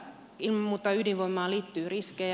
ilman muuta ydinvoimaan liittyy riskejä